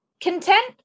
Content